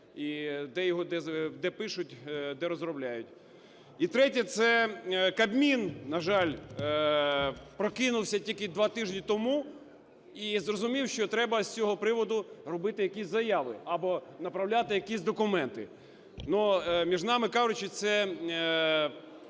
де пишуть, де розробляють. І третє – це Кабмін, на жаль, прокинувся тільки два тижні тому і зрозумів, що треба з цього приводу робити якісь заяви або направляти якісь документи. Але, між нами кажучи, це,